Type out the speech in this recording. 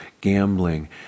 gambling